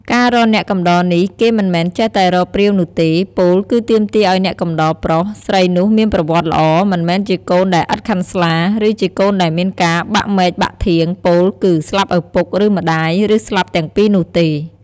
ការរកអ្នកកំដរនេះគេមិនមែនចេះតែរកព្រាវនោះទេ ពោលគឺទាមទារឱ្យអ្នកកំដរប្រុស ស្រីនោះមានប្រវត្តិល្អ មិនមែនជាកូនដែលឥតខាន់ស្លា ឬជាកូនដែលមានការបាក់មែកបាក់ធាង ពោលគឺ ស្លាប់ឪពុក ឬម្តាយ ឬស្លាប់ទាំងពីរនោះទេ។